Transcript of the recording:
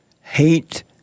hate